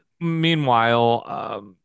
meanwhile